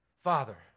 Father